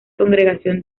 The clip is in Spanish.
congregación